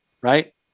right